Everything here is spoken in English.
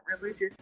religious